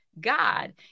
God